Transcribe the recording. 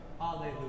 Hallelujah